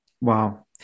Wow